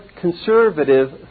conservative